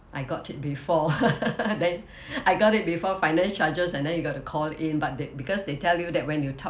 I got it before then I got it before finance charges and then you go to call in but they because they tell you that when you top